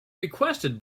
requested